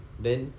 then